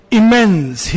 immense